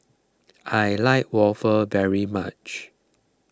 I like waffle very much